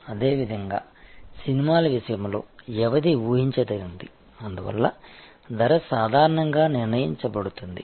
అదేవిధంగా సినిమాల విషయంలో వ్యవధి ఊహించదగినది అందువల్ల ధర సాధారణంగా నిర్ణయించబడుతుంది